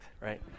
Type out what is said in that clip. right